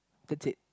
that's it